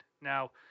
Now